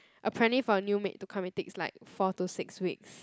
apparently for a new maid to come it takes like four to six weeks